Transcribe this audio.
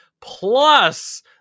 plus